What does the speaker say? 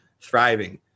thriving